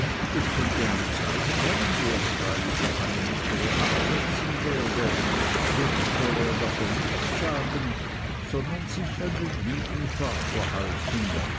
es könnte eine zeit kommen wo es freilich noch eine muntere absetzen werde jetzt wolle er davon nichts sagen sondern sich an den lieben vater halten